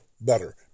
better